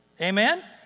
Amen